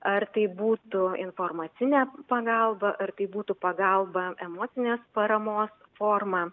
ar tai būtų informacinė pagalba ar tai būtų pagalba emocinės paramos forma